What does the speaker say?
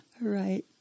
right